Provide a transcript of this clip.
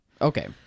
Okay